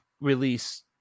release